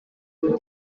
ubu